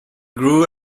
grew